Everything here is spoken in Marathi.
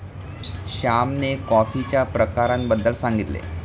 श्यामने कॉफीच्या प्रकारांबद्दल सांगितले